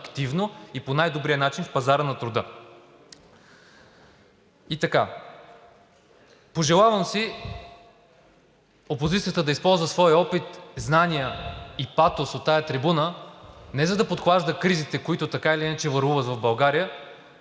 и по най-добрия начин в пазара на труда. Пожелавам си опозицията да използва своя опит, знания и патос от тази трибуна не за да подклажда кризите, които така или иначе върлуват в България,